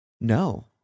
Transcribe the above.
No